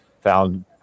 found